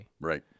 right